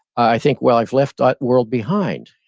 i think, well, i've left that world behind.